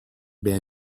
been